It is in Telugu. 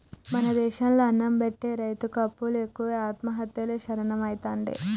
మన దేశం లో అన్నం పెట్టె రైతుకు అప్పులు ఎక్కువై ఆత్మహత్యలే శరణ్యమైతాండే